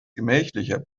gemächlicher